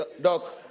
Doc